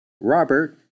Robert